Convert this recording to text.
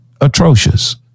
atrocious